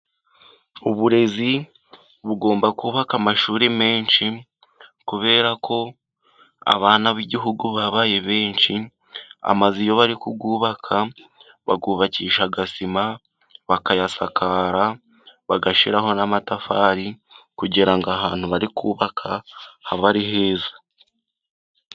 Uburezi bugomba kubaka amashuri menshi kubera ko abana b'Igihugu babaye benshi. Amazu iyo bari kuyubaka bayubakisha sima, bakayasakara bagashyiraho n'amatafari kugira ngo ahantu barikubaka habe ari heza.